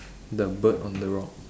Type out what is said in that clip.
the bird on the rock